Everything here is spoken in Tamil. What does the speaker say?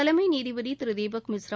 தலைமை நீதிபதி திரு தீபக் மிஸ்ரா